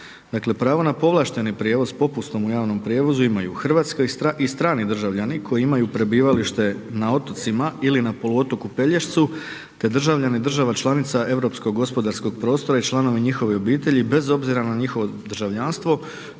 Dakle na povlašteni prijevoz s popustom u javnom prijevozu imaju hrvatski i strani državljani koji imaju prebivalište na otocima ili na poluotoku Pelješcu te državljani država članica europskog gospodarskog prostora i članova njihovih obitelji bez obzira na njihovo državljanstvo